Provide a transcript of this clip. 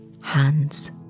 hands